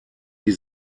die